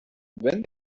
when